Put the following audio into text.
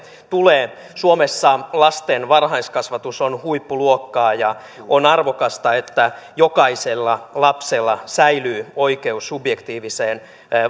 tulee suomessa lasten varhaiskasvatus on huippuluokkaa ja on arvokasta että jokaisella lapsella säilyy oikeus subjektiiviseen